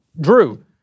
Drew